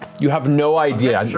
you have no idea.